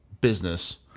business